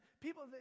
people